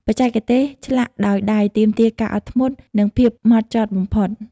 បច្ចេកទេសឆ្លាក់ដោយដៃទាមទារការអត់ធ្មត់ និងភាពហ្មត់ចត់បំផុត។